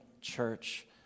church